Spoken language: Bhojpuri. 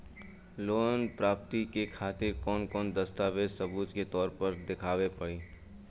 लोन प्राप्ति के खातिर कौन कौन दस्तावेज सबूत के तौर पर देखावे परी?